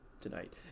tonight